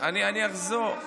אני אחזור.